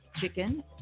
chicken